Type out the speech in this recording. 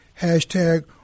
hashtag